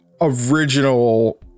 original